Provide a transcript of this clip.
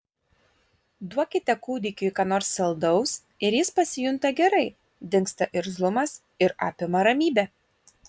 duokite kūdikiui ką nors saldaus ir jis pasijunta gerai dingsta irzlumas ir apima ramybė